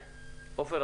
עופר,